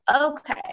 okay